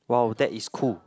wow that is cool